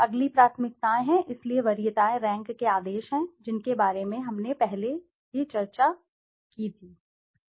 अगली प्राथमिकताएं हैं इसलिए वरीयताएं रैंक के आदेश हैं जिनके बारे में हम पहले ही चर्चा कर चुके हैं